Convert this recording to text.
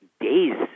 days